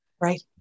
Right